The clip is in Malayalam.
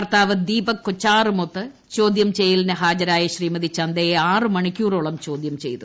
ഭർത്താവ് ദീപക് കൊച്ചാറുമൊത്ത് ചോദ്യം ചെയ്യലിന് ഹാജരായ ശ്രീമതി ചന്ദയെ ആറ് മണിക്കൂറോളം ചോദ്യം ചെയ്തു